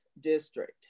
district